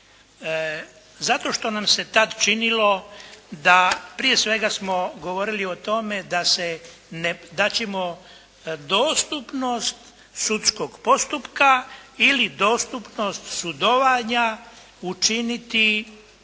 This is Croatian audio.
zato što nam se tada činilo da prije svega smo govorili o tome da ćemo dostupnost sudskog postupka ili dostupnost sudovanja učiniti